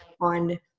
on